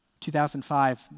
2005